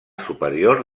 superior